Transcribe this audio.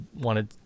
wanted